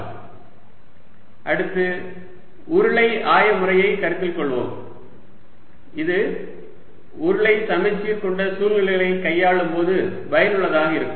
dV dxdydz அடுத்து உருளை ஆய முறையை கருத்தில் கொள்வோம் இது உருளை சமச்சீர் கொண்ட சூழ்நிலைகளை கையாளும் போது பயனுள்ளதாக இருக்கும்